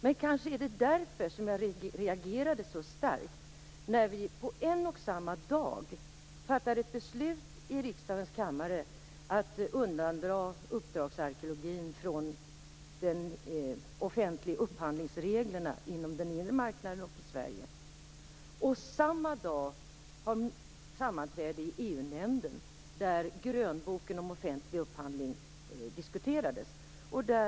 Men det var kanske därför som jag reagerade så starkt när vi fattade beslut i riksdagens kammare om att undandra uppdragsarkeologin från de offentliga upphandlingsreglerna inom den inre marknaden och i Sverige. Samma dag hade vi sammanträde i EU-nämnden där grönboken om offentlig upphandling diskuterades.